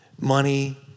Money